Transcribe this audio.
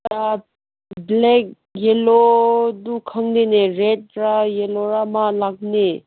ꯑꯥ black ꯌꯦꯜꯂꯣꯗꯨ ꯈꯪꯗꯦꯅꯦ ꯔꯦꯗꯂ ꯌꯦꯜꯂꯣꯔ ꯑꯃ ꯂꯥꯛꯄꯅꯦ